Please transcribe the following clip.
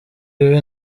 ibi